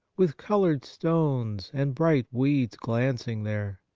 with coloured stones and bright weeds glancing there.